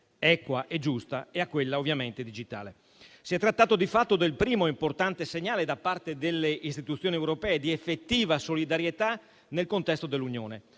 equa e giusta, e a quella ovviamente digitale. Si è trattato di fatto del primo importante segnale, da parte delle istituzioni europee, di effettiva solidarietà nel contesto dell'Unione